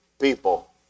people